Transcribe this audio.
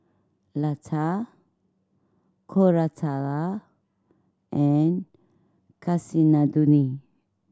Lata Koratala and Kasinadhuni